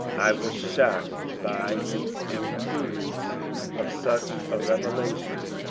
i was shocked by the im prudence of such a revelation,